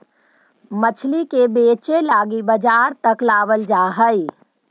मछली के बेचे लागी बजार तक लाबल जा हई